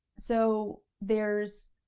so there's,